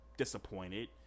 disappointed